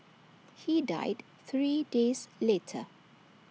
he died three days later